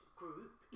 group